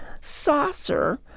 saucer